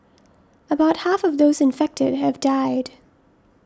about half of those infected have died